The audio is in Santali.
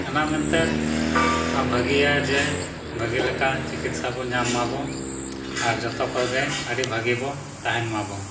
ᱚᱱᱟ ᱢᱮᱱᱛᱮ ᱵᱷᱟᱹᱜᱤᱭᱟ ᱡᱮ ᱵᱷᱟᱹᱜᱤ ᱞᱮᱠᱟ ᱪᱤᱠᱤᱛᱥᱟ ᱵᱚ ᱧᱟᱢ ᱢᱟᱵᱚ ᱟᱨ ᱡᱚᱛᱚ ᱠᱚᱜᱮ ᱟᱹᱰᱤ ᱵᱷᱟᱹᱜᱤ ᱵᱚ ᱛᱟᱦᱮᱱ ᱢᱟᱵᱚ